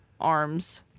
arms